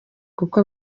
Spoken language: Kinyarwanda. kuko